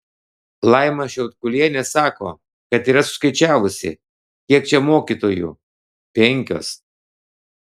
laima šiaudkulienė sako kad yra suskaičiavusi kiek čia mokytojų penkios